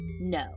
no